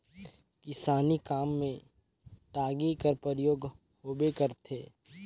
किसानी काम मे टागी कर परियोग होबे करथे